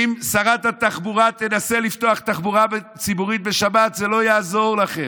אם שרת התחבורה תנסה לפתוח תחבורה ציבורית בשבת זה לא יעזור לכם.